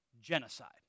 genocide